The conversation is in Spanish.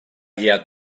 guía